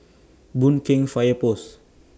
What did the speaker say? Boon Keng Fire Post